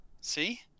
see